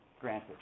granted